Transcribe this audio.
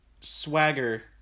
swagger